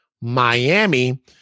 Miami